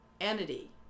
entity